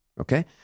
Okay